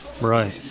Right